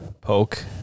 Poke